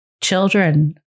children